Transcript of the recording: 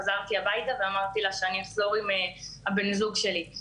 חזרתי הביתה ואמרתי לה שאני אחזור עם בן הזוג שלי.